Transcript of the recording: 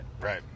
Right